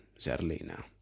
Zerlina